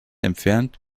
entfernt